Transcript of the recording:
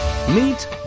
Meet